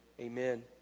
Amen